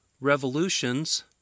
revolutions